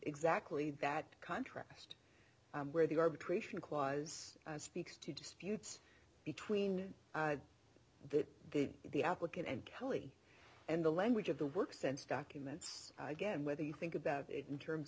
exactly that contrast where the arbitration clause speaks to disputes between the the applicant and kelley and the language of the work since documents again whether you think about it in terms